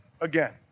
again